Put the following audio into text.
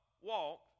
Walk